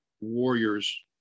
warriors